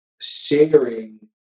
sharing